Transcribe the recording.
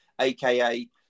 aka